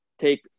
take